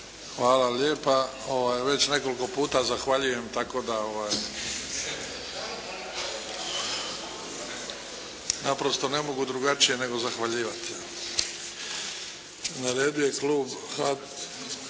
Hvala lijepa. Već nekoliko puta zahvaljujem, tako da. Naprosto ne mogu drugačije nego zahvaljivati. Na redu je klub,